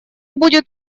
будет